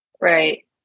right